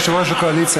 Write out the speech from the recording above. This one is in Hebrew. יושב-ראש הקואליציה,